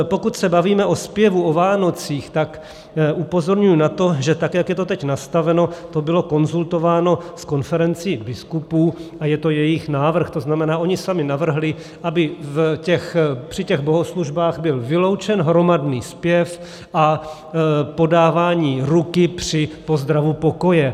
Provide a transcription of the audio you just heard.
Pokud se bavíme o zpěvu o Vánocích, tak upozorňuji na to, že tak jak je to teď nastaveno, to bylo konzultováno s konferencí biskupů a je to jejich návrh, to znamená, oni sami navrhli, aby při těch bohoslužbách byl vyloučen hromadný zpěv a podávání ruky při pozdravu pokoje.